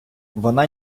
вона